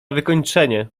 wykończenie